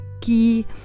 key